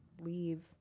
leave